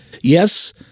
Yes